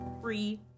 free